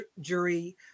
jury